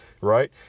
right